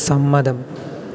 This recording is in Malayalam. സമ്മതം